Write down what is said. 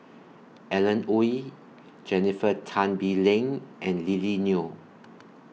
Alan Oei Jennifer Tan Bee Leng and Lily Neo